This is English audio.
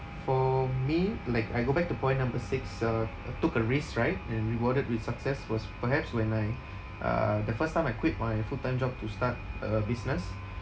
for me like I go back to point number six uh uh took a risk right and rewarded with success was perhaps when I uh the first time I quit my full time job to start a business